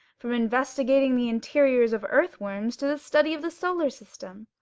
from investigating the interiors of earthworms to the study of the solar system.